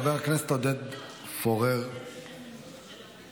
חבר הכנסת עודד פורר, בבקשה.